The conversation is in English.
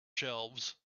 shelves